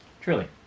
Truly